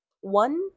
one